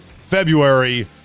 February